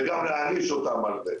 וגם להעניש אותם על זה.